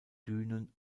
dünen